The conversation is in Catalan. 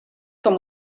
com